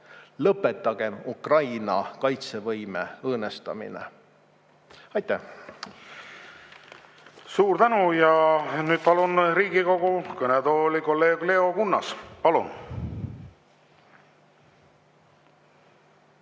Lõpetagem Ukraina kaitsevõime õõnestamine! Aitäh! Suur tänu! Ja palun Riigikogu kõnetooli kolleeg Leo Kunnase. (Leo